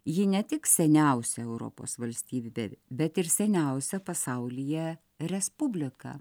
ji ne tik seniausia europos valstybė bet ir seniausia pasaulyje respublika